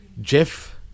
Jeff